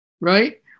right